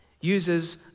uses